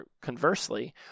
conversely